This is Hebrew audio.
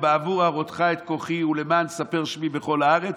"בעבור הראתך את כחי ולמען ספר שמי בכל הארץ",